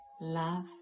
love